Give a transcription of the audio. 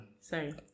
sorry